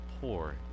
poor